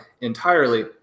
entirely